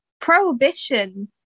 Prohibition